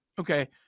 Okay